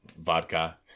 Vodka